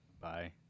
Bye